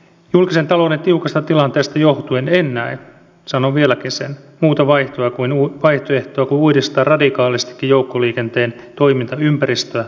julkisen talouden tiukasta tilanteesta johtuen en näe sanon vieläkin sen muuta vaihtoehtoa kuin uudistaa radikaalistikin joukkoliikenteen toimintaympäristöä